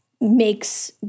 makes